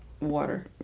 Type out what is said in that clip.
Water